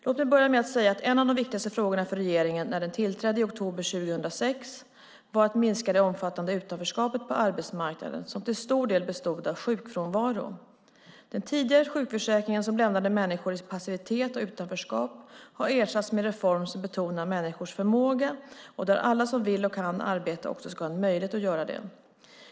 Låt mig börja med att säga att en av de viktigaste frågorna för regeringen när den tillträdde i oktober 2006 var att minska det omfattande utanförskapet på arbetsmarknaden som till stor del bestod av sjukfrånvaro. Den tidigare sjukförsäkringen, som lämnade människor i passivitet och utanförskap, har ersatts med en reform som betonar människors förmåga och där alla som vill och kan arbeta också ska ha en möjlighet att göra det.